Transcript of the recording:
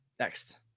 Next